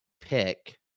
pick